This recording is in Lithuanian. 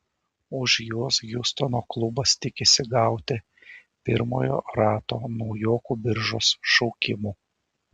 už juos hjustono klubas tikisi gauti pirmojo rato naujokų biržos šaukimų